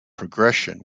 progression